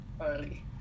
early